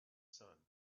sun